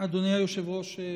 אדוני היושב-ראש,